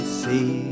see